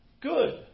good